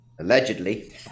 allegedly